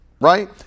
right